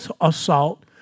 assault